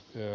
työ